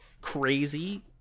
crazy